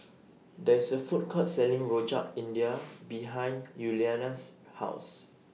There IS A Food Court Selling Rojak India behind Yuliana's House